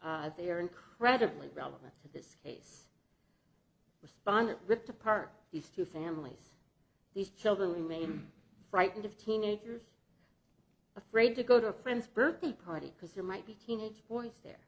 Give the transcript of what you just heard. they are incredibly relevant to this case respondent ripped apart these two families these children remain frightened of teenagers afraid to go to a friend's birthday party because it might be teenage boys they're